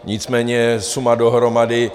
Nicméně suma dohromady.